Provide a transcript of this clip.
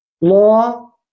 Law